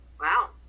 Wow